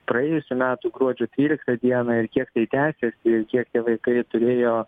praėjusių metų gruodžio tryliktą dieną ir kiek tai tęsėsi kiek tie vaikai turėjo